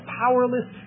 powerless